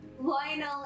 Lionel